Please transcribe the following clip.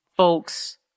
folks